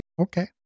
Okay